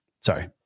sorry